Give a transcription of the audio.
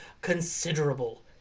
considerable